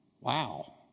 Wow